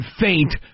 faint